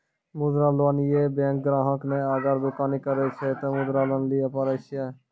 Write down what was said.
मुद्रा लोन ये बैंक ग्राहक ने अगर दुकानी करे छै ते मुद्रा लोन लिए पारे छेयै?